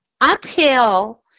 uphill